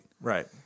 Right